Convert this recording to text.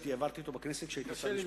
שהעברתי בכנסת כשהייתי שר המשפטים.